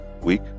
week